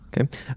okay